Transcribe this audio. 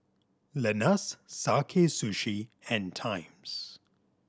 Lenas Sakae Sushi and Times